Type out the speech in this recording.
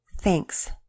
Thanks